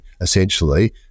essentially